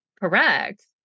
correct